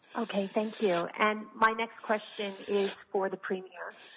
ok, thank you. and my next question is for the premier.